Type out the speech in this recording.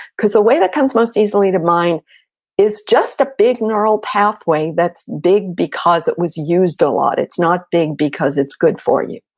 cause the way that comes most easily to mind is just a big neural pathway that's big because it was used a lot, it's not big because it's good for you.